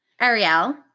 Ariel